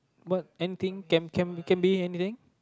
what anything can can can be anything